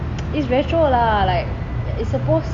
it's retro lah like it's supposed